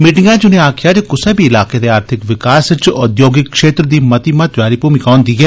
मीटिंगै च उनें आक्खेआ जे कुसै बी इलाके दे आर्थिक विकास च उद्योगिक क्षेत्र दी मती महत्वै आली भूमिका होन्दी ऐ